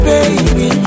Baby